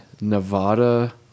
nevada